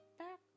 back